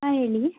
ಹಾಂ ಹೇಳಿ